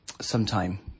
Sometime